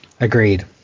agreed